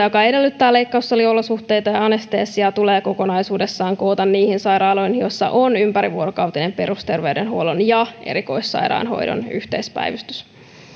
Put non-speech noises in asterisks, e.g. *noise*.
*unintelligible* joka edellyttää leikkaussaliolosuhteita ja anestesiaa tulee kokonaisuudessaan koota niihin sairaaloihin joissa on ympärivuorokautinen perusterveydenhuollon ja erikoissairaanhoidon yhteispäivystys